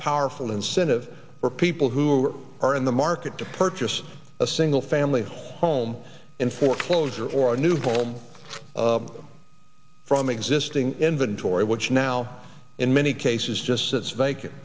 powerful incentive for people who were are in the market to purchase a single family home in foreclosure or a new home from existing inventory which now in many cases just sits vacant